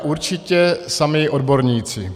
Určitě samí odborníci.